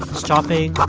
stopping,